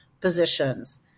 positions